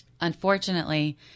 Unfortunately